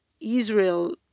Israel